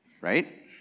right